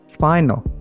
final